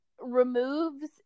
removes